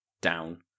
down